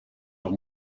amb